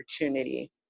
opportunity